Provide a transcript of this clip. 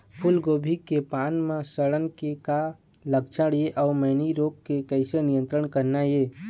फूलगोभी के पान म सड़न के का लक्षण ये अऊ मैनी रोग के किसे नियंत्रण करना ये?